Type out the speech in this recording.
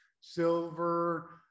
silver